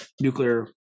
nuclear